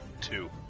Two